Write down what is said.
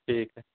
ठीक है